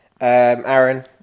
Aaron